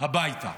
הביתה.